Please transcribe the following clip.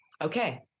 Okay